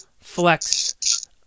flex